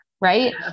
Right